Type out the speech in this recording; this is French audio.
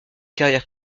carrière